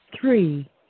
three